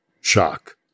shock